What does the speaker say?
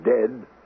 dead